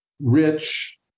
Rich